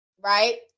Right